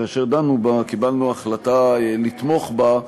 כאשר דנו בה קיבלנו החלטה לתמוך בה,